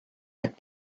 had